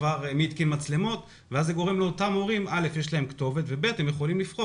מי התקין מצלמות ואז לאותם הורים יש כתובת והם יכולים לבחור.